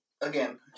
Again